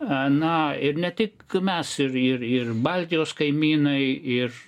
a na ir ne tik mes ir ir ir baltijos kaimynai ir